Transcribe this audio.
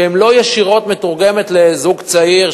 שהן לא ישירות מתורגמות לזוג צעיר,